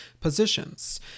positions